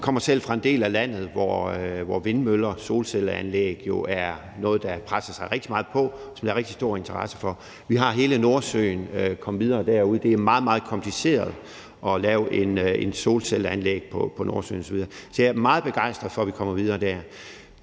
kommer selv fra en del af landet, hvor vindmøller og solcelleanlæg jo er noget, der presser sig rigtig meget på, og som der er rigtig stor interesse for. Vi har hele Nordsøen og kan komme videre derude, og det er meget, meget kompliceret at lave et solcelleanlæg på Nordsøen osv. Så jeg er meget begejstret for, at vi kommer videre der.